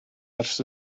ers